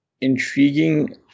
intriguing